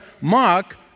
mark